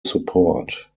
support